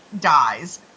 dies